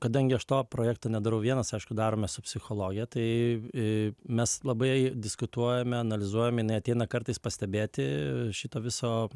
kadangi aš to projekto nedarau vienas aišku darome su psichologe tai mes labai diskutuojame analizuojame jinai ateina kartais pastebėti šito viso